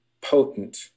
potent